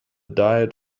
diet